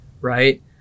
right